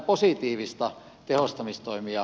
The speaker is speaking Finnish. arvoisa puhemies